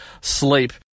sleep